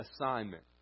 assignment